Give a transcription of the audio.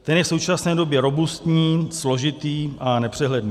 Ten je v současné době robustní, složitý a nepřehledný.